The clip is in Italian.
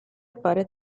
appare